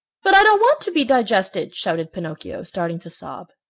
but i don't want to be digested, shouted pinocchio, starting to sob.